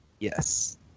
Yes